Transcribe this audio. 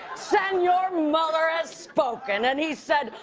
senor mueller has spoken, and he said,